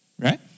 Right